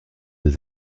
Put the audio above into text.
des